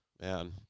Man